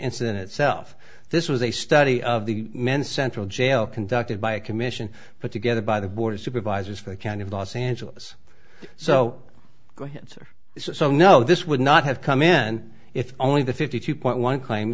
incident itself this was a study of the men's central jail conducted by a commission put together by the board of supervisors for the county of los angeles so go ahead sir so no this would not have come in if only the fifty two point one claim